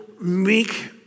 meek